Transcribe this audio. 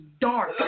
dark